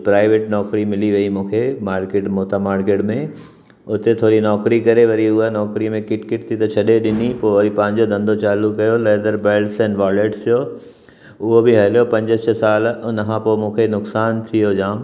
त प्राइवेट नौकिरी मिली वई मूंखे मार्किट मोता मार्कट में हुते थोरी नौकिरी करे वरी उहा नौकिरीअ में किटकिट थी त छॾे ॾिनी पोइ वरी पंहिंजो धंधो चालू कयो लैदर बैल्ट्स एंड वॉलेट्स जो उहो बि हलयो पंज छह साल उनखां पोइ मूंखे नुक़सानु थियो जाम